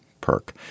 perk